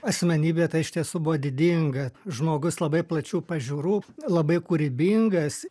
asmenybė tai iš tiesų buvo didinga žmogus labai plačių pažiūrų labai kūrybingas